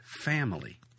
family